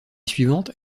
suivante